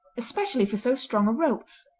especially for so strong a rope,